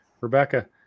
Rebecca